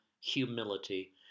humility